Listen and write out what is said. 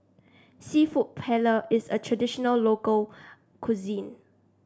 seafood Paella is a traditional local cuisine